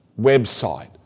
website